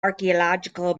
archaeological